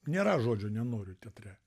nėra žodžio nenoriu teatre